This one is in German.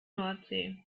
nordsee